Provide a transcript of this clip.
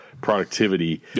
productivity